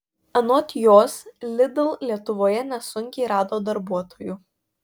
anot jos lidl lietuvoje nesunkiai rado darbuotojų